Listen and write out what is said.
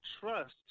trust